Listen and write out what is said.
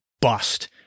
bust